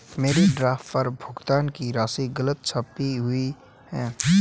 मेरे ड्राफ्ट पर भुगतान की राशि गलत छपी हुई है